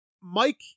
Mike